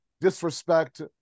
disrespect